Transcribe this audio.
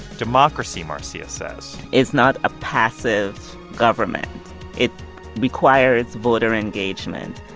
democracy, marcia says. is not a passive government it requires voter engagement.